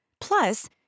Plus